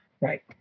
Right